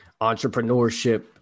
entrepreneurship